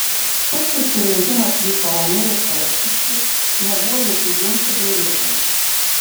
pats susirinkimas vyko ramiai ir korektiškai nebuvo jokių ginčų bei rietenų